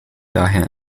daher